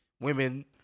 women